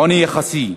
עוני יחסי,